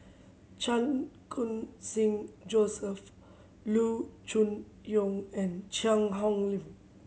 Chan Khun Sing Joseph Loo Choon Yong and Cheang Hong Lim